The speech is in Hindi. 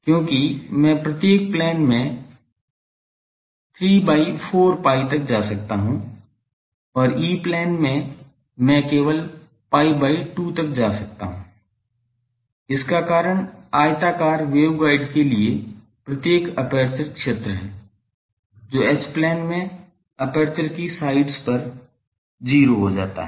क्यों मैं प्रत्येक प्लेन में 3 by 4 pi तक जा सकता हूं और ई प्लेन में मैं केवल pi by 2 तक जा सकता हूं इसका कारण आयताकार वेवगाइड के लिए प्रत्येक एपर्चर क्षेत्र है जो H प्लेन में एपर्चर की साइड्स पर 0 हो जाता है